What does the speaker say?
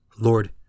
Lord